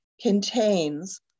contains